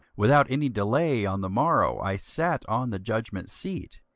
without any delay on the morrow i sat on the judgment seat,